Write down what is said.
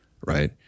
Right